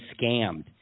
scammed